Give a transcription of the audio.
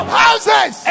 houses